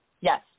Yes